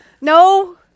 No